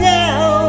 now